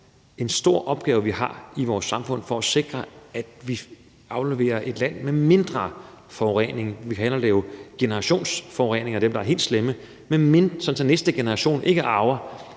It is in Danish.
en stor opgave, vi har i vores samfund med at sikre, at vi afleverer et land med mindre forurening – vi kalder det jo generationsforureninger, i hvert fald dem, der er helt slemme – så næste generation ikke arver